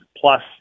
plus